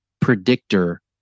predictor